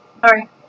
Sorry